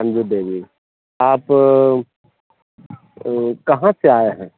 अंजू देवी आप कहाँ से आए हैं